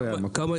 לפני.